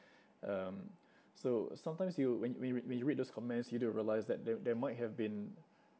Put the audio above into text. um so sometimes you when you when you when you read those comments you don't realise that there there might have been